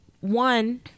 one